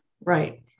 Right